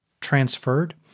transferred